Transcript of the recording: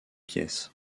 pièce